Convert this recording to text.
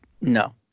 No